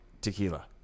Tequila